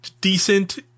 decent